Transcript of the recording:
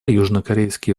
южнокорейские